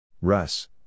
Russ